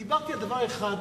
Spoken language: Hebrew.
דיברתי על דבר אחד,